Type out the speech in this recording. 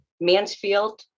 Mansfield